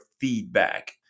feedback